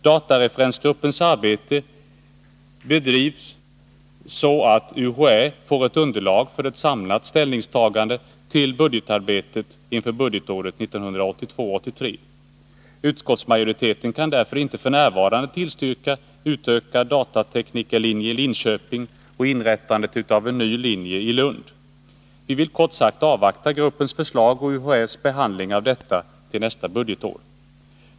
Datareferensgruppens arbete bedrivs så att UHÄ får ett underlag för ett samlat ställningstagande till budgetarbetet inför budgetåret 1982/83. Utskottsmajoriteten kan därför inte f. n. tillstyrka en utökad datateknikerlinje i Linköping och inrättandet av en ny linje i Lund. Vi vill kort sagt avvakta gruppens förslag och UHÄ:s behandling av detta till nästa budgetår.